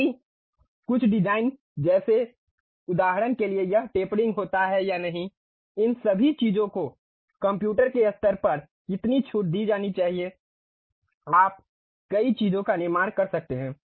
क्योंकि कुछ डिज़ाइन जैसे उदाहरण के लिए यह टेपरिंग होता है या नहीं इन सभी चीजों को कंप्यूटर के स्तर पर कितनी छूट दी जानी चाहिए आप कई चीजों का निर्माण कर सकते हैं